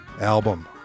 album